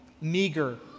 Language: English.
meager